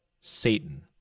Satan